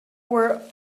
were